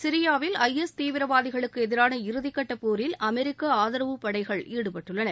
சிரியாவில் I S தீவிரவாதிகளுக்கு எதிரான இறுதிக்கட்ட போரில் அமெரிக்க ஆதரவுப்படைகள் ஈடுபட்டுள்ளன